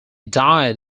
died